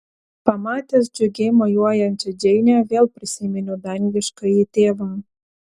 pamatęs džiugiai mojuojančią džeinę vėl prisiminiau dangiškąjį tėvą